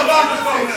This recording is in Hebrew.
בושה.